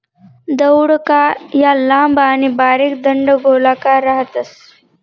दौडका या लांब आणि बारीक दंडगोलाकार राहतस